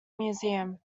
museum